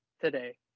today